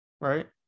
right